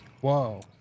whoa